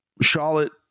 Charlotte